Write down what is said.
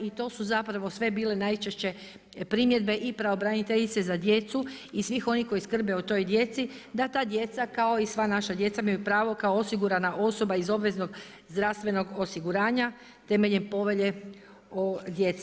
I to su zapravo sve bile najčešće primjedbe i pravobraniteljice za djecu i svih onih koji skrbe o toj djeci, da ta djeca kao i sva naša djeca imaju pravo kao osigurana osoba iz obveznog zdravstvenog osiguranja temeljem Povelje o djeci.